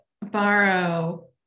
borrow